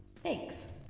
thanks